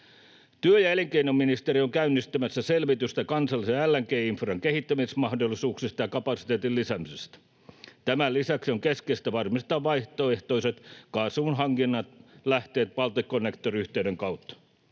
Työ- ja elinkeinoministeriö on käynnistämässä selvitystä kansallisen LNG-infran kehittämismahdollisuuksista ja kapasiteetin lisäämisestä. Tämän lisäksi on keskeistä varmistaa vaihtoehtoiset kaasun hankinnan lähteet Balticconnector-yhteyden kautta.